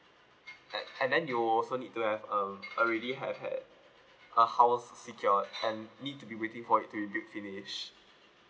and and then you'll also need to have um already have had a house secured and need to be waiting for it to be built finish